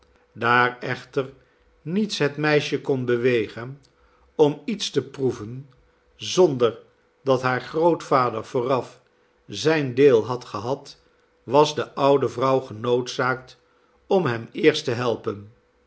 daar echter niets het meisje kon bewegen om iets te proeven zonder dat haar grootvader vooraf zijn deel had gehad was de oude vrouw genoodzaakt om hem eerst te helpen